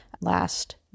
last